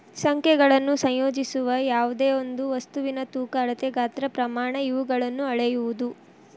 ಸಂಖ್ಯೆಗಳನ್ನು ಸಂಯೋಜಿಸುವ ಯಾವ್ದೆಯೊಂದು ವಸ್ತುವಿನ ತೂಕ ಅಳತೆ ಗಾತ್ರ ಪ್ರಮಾಣ ಇವುಗಳನ್ನು ಅಳೆಯುವುದು